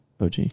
OG